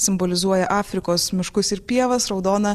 simbolizuoja afrikos miškus ir pievas raudona